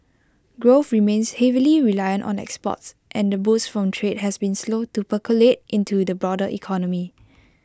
growth remains heavily reliant on exports and the boost from trade has been slow to percolate into the broader economy